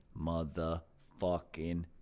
motherfucking